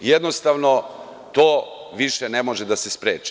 Jednostavno, to više ne može da se spreči.